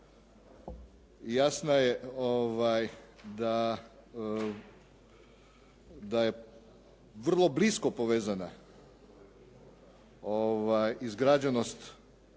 jasna je da je vrlo blisko povezana izgrađenost